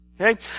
Okay